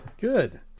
Good